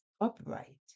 upright